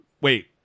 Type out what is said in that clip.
Wait